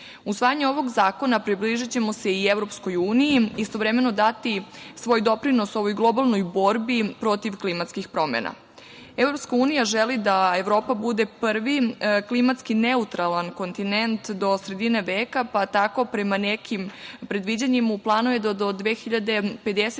cilju. Usvajanjem ovog zakona približićemo se i Evropskoj uniji i istovremeno dati svoj doprinos ovoj globalnoj borbi protiv klimatskih promena. Evropska unija želi da Evropa bude prvi klimatski neutralan kontinent do sredine veka, pa tako, prema nekim predviđanjima, u planu je da do 2050.